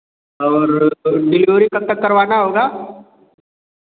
और डेलिवरी कब तक करवाना होगा